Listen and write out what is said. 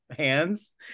hands